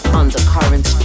undercurrent